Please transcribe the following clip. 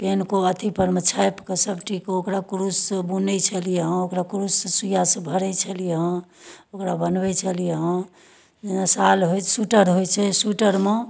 किनको अथीपर मे छापिकऽ सब चीजके ओकरा कुरुशसँ बुनय छलियै हँ ओकरा कुरुशसँ सुइयासँ भरै छलियै हँ ओकरा बनबै छलियै हँ जेना सॉल होइ स्वेटर होइ छै स्वेटरमे